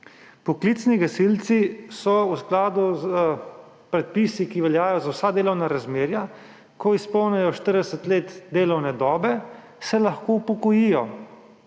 Poklicni gasilci se lahko v skladu s predpisi, ki veljajo za vsa delovna razmerja, ko izpolnijo 40 let delovne dobe, upokojijo.